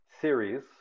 series